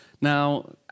Now